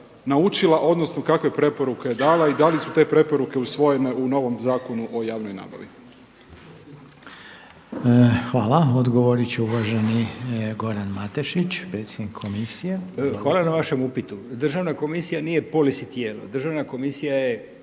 odnosno kakve je preporuke je dala i da li su te preporuke usvojene u novom Zakonu o javnoj nabavi. **Reiner, Željko (HDZ)** Hvala. Odgovorit će uvaženi Goran Matešić, predsjednik komisije. Izvolite. **Matešić, Goran** Hvala na vašem upitu. Državna komisija nije polisi tijelo, državna komisija je